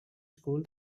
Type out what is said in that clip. school